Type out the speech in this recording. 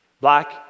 Black